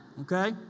Okay